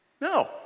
No